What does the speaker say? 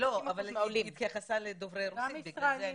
היא התייחסה לדוברי רוסית.